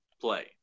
play